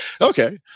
okay